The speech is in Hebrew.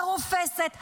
הרופסת,